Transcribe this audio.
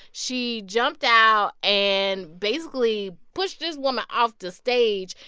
she jumped out and, basically, pushed this woman off the stage.